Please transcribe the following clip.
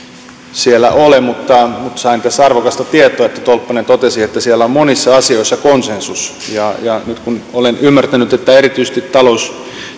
ole mutta sain tässä arvokasta tietoa kun tolppanen totesi että siellä on monissa asioissa konsensus ja ja nyt kun olen ymmärtänyt että erityisesti talous